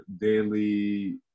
daily